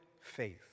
faith